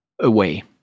away